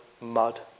mud